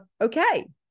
okay